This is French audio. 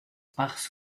parce